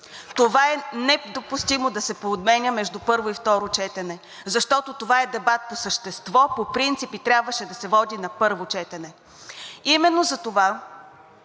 Това е недопустимо да се подменя между първо и второ четене, защото това е дебат по същество, по принцип и трябваше да се води на първо четене.